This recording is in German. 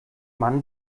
mann